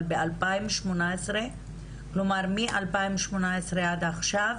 אבל ב- 2018 כלומר מ- 2018 עד עכשיו